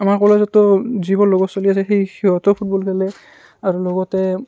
আমাৰ কলেজতো যিবোৰ লগৰ চ'লি আছে সেই সিহঁতেও ফুটবল খেলে আৰু লগতে